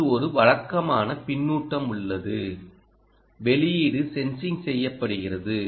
அங்கு ஒரு வழக்கமான பின்னூட்டம் உள்ளது வெளியீடு சென்ஸிங் செய்யப்படுகிறது